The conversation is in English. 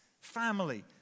family